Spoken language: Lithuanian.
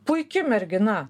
puiki mergina